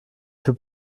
für